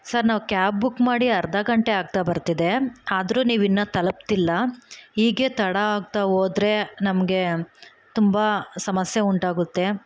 sir ನಾವು cab book ಮಾಡಿ ಅರ್ಧ ಗಂಟೆ ಆಗ್ತಾ ಬರ್ತಿದೆ ಆದರೂ ನೀವು ಇನ್ನೂ ತಲುಪ್ತಿಲ್ಲ ಹೀಗೆ ತಡ ಆಗ್ತಾಹೋದ್ರೆ ನಮಗೆ ತುಂಬ ಸಮಸ್ಯೆ ಉಂಟಾಗುತ್ತೆ